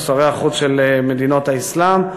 או שרי החוץ של מדינות האסלאם,